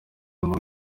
ishema